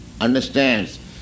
understands